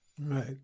Right